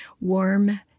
warm